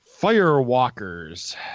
Firewalkers